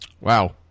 Wow